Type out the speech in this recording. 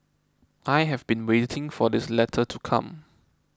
I have been waiting for this letter to come